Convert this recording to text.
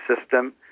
system